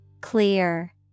Clear